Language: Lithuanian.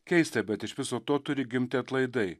keista bet iš viso to turi gimti atlaidai